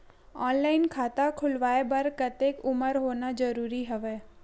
Online खाता खुलवाय बर कतेक उमर होना जरूरी हवय?